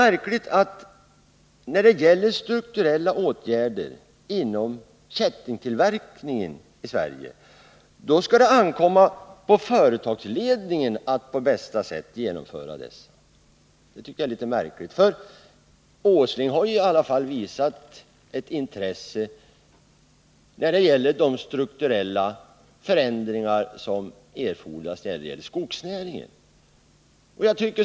157 Det är märkligt att det skall ankomma på företagsledningen att på bästa sätt genomföra strukturella åtgärder inom kättingtillverkningen i Sverige. Nils Åsling har ju i alla fall visat intresse för de strukturella förändringar som erfordras inom skogsnäringen.